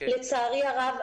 לצערי הרב,